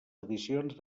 edicions